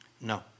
No